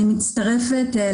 יש תקנות מכוח הסדרי